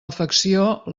afecció